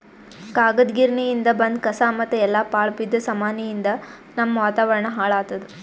ಕಾಗದ್ ಗಿರಣಿಯಿಂದ್ ಬಂದ್ ಕಸಾ ಮತ್ತ್ ಎಲ್ಲಾ ಪಾಳ್ ಬಿದ್ದ ಸಾಮಾನಿಯಿಂದ್ ನಮ್ಮ್ ವಾತಾವರಣ್ ಹಾಳ್ ಆತ್ತದ